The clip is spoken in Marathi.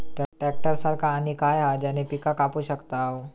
ट्रॅक्टर सारखा आणि काय हा ज्याने पीका कापू शकताव?